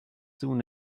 soon